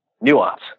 nuance